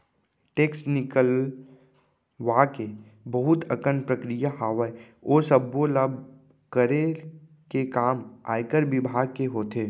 tax निकलवाय के बहुत अकन प्रक्रिया हावय, ओ सब्बो ल करे के काम आयकर बिभाग के होथे